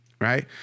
Right